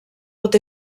pot